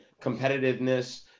competitiveness